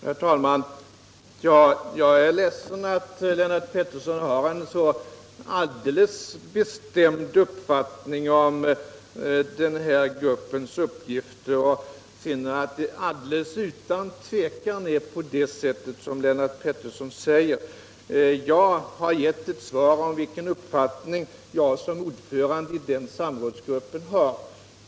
Herr talman! Jag är ledsen att Lennart Pettersson har en så alldeles bestämd uppfattning om den här gruppens uppgifter och finner att det utan minsta tvivel är på det sätt som han själv säger. Jag har gett ett svar på vilken uppfattning jag som ordförande i den här samrådsgruppen har.